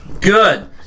Good